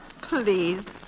Please